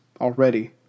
already